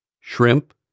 shrimp